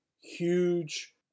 huge